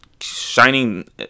shining